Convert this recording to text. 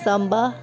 Samba